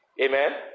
Amen